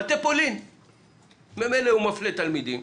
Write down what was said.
מטה פולין ממילא מפלה תלמידים,